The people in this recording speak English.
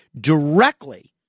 directly